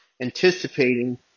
anticipating